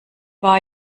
war